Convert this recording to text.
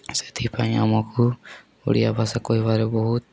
ସେଥିପାଇଁ ଆମକୁ ଓଡ଼ିଆ ଭାଷା କହିବାରେ ବହୁତ